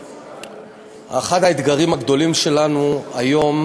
אחד האתגרים הגדולים שלנו היום